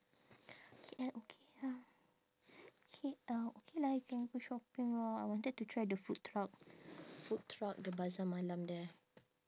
K_L okay lah K_L okay lah you can go shopping lor I wanted to try the food truck food truck the bazaar malam there